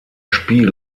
spiel